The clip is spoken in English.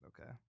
Okay